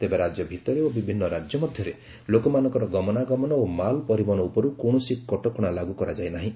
ତେବେ ରାଜ୍ୟ ଭିତରେ ଓ ବିଭିନ୍ନ ରାଜ୍ୟ ମଧ୍ୟରେ ଲୋକମାନଙ୍କର ଗମନାଗମନ ଓ ମାଲ ପରିବହନ ଉପରୁ କୌଣସି କଟକଣା ଲାଗୁ କରାଯାଇ ନାହିଁ